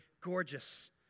gorgeous